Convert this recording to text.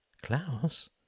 Klaus